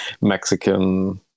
Mexican